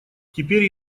теперь